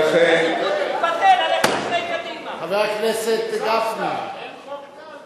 אבל, חבר הכנסת גפני, עכשיו יביא חוק אחר?